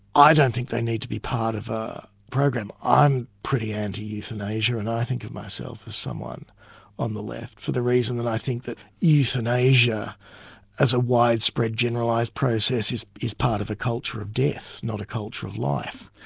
i don't think they need to be part of a program. i'm pretty anti-euthanasia and i think of myself as someone on the left, for the reason that i think that euthanasia as a widespread generalised process, is is part of the culture of death, not a culture of life.